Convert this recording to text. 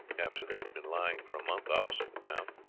after they had been lying for a month opposite the town.